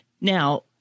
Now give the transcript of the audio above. Now